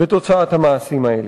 בתוצאת המעשים האלה.